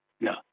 No